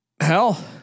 hell